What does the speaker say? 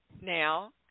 now